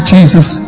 Jesus